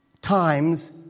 Times